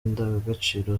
indangagaciro